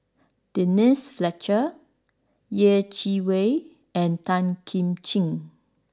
Denise Fletcher Yeh Chi Wei and Tan Kim Ching